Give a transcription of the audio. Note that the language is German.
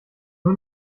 nur